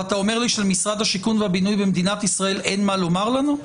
ואתה אומר לי שלמשרד השיכון והבינוי בישראל אין מה לומר לנו?